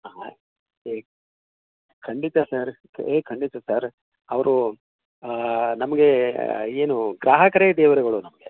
ಹಾಂ ಏ ಖಂಡಿತ ಸರ್ ಏ ಖಂಡಿತ ಸರ್ ಅವ್ರು ನಮಗೆ ಏನು ಗ್ರಾಹಕರೆ ದೇವರುಗಳು ನಮಗೆ